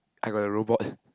I got a robot